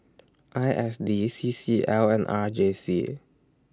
I S D C C L and R J C